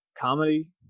comedy